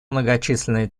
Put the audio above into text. многочисленные